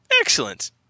excellent